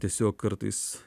tiesiog kartais